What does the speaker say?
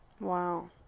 Wow